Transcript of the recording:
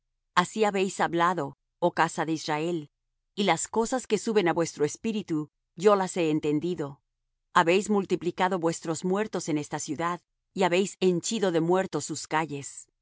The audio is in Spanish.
así habéis hablado oh casa de israel y las cosas que suben á vuestro espíritu yo las he entendido habéis multiplicado vuestros muertos en esta ciudad y habéis henchido de muertos sus calles